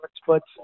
experts